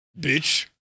bitch